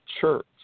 church